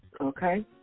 Okay